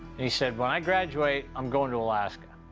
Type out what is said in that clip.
and he said, when i graduate, i'm going to alaska.